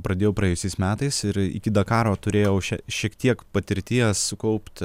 pradėjau praėjusiais metais ir iki dakaro turėjau šie šiek tiek patirties sukaupt